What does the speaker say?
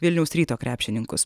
vilniaus ryto krepšininkus